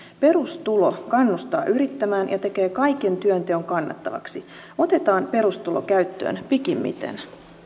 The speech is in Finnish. perustulo kannustaa yrittämään ja tekee kaiken työnteon kannattavaksi otetaan perustulo käyttöön pikimmiten